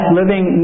living